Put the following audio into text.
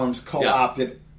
co-opted